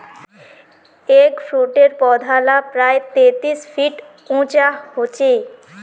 एगफ्रूटेर पौधा ला प्रायः तेतीस फीट उंचा होचे